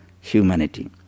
humanity